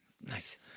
nice